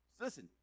Listen